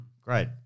Great